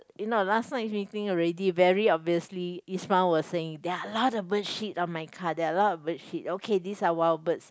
you know last night meeting already very obviously Isman was saying there are a lot of bird shit on my car there are a lot of bird shit okay these are wild birds